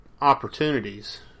opportunities